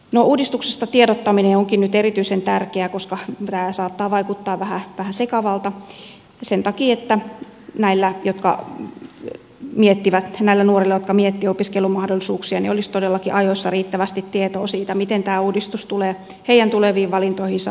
no uudistuksesta tiedottaminen onkin nyt erityisen tärkeää tämä saattaa vaikuttaa vähän sekavalta sen takia että näillä nuorilla jotka miettivät opiskelumahdollisuuksiaan olisi todellakin ajoissa riittävästi tietoa siitä miten tämä uudistus tulee heidän tuleviin valintoihinsa vaikuttamaan